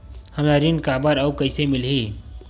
हमला ऋण काबर अउ कइसे मिलही?